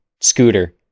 Scooter